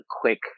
quick